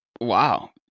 Wow